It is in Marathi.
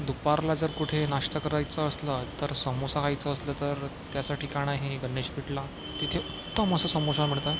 दुपारला जर कुठे नाश्ता करायचा असला तर समोसा खायचा असलं तर त्याचं ठिकाण आहे गणेशपेठला तिथे उत्तम असा समोसा मिळतंय